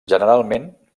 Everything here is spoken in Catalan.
generalment